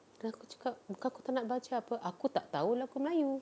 then aku cakap bukan aku tak nak belajar apa aku tak tahu lagu melayu